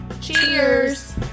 cheers